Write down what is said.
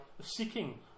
seeking